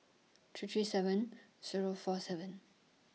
three three seven Zero four seven